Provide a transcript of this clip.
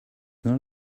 not